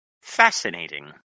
Fascinating